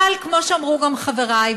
אבל כמו שאמרו גם חברי,